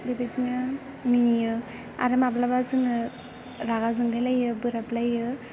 बेबायदिनो मिनियो आरो माब्लाबा जोङो रागा जोंलायलायो बोराबलायो